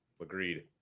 Agreed